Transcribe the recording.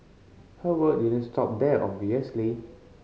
her work didn't stop there obviously